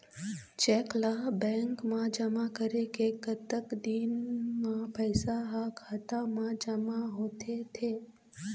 Cheque ला bank मा जमा करे के कतक दिन मा पैसा हा खाता मा जमा होथे थे?